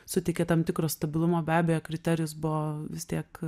suteikė tam tikro stabilumo be abejo kriterijus buvo vis tiek